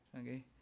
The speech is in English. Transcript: okay